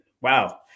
Wow